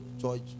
George